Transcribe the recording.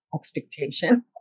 expectation